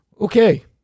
okay